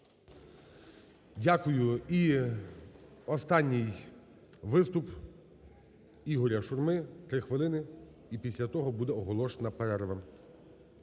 Дякую. І, останній виступ, Ігоря Шурми, три хвилини. І після того буде оголошена перерва.